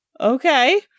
Okay